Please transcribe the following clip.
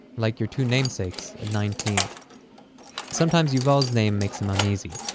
like your two namesakes, at nineteen sometimes yuval's name makes him uneasy.